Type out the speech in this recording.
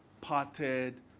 parted